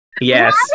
Yes